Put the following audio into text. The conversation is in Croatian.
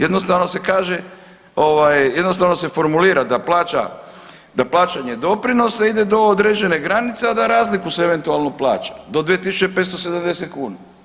Jednostavno se kaže, jednostavno se formulira da plaćanje doprinosa ide do određene granice, a da razliku se eventualno plaća do 2570 kuna.